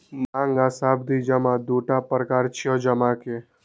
मांग आ सावधि जमा दूटा प्रकार छियै जमा के